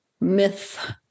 myth